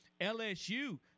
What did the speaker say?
LSU